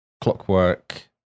clockwork